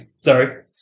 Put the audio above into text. sorry